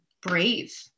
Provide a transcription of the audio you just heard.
brave